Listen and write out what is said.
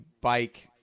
bike –